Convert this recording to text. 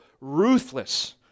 ruthless